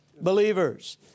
believers